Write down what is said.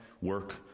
work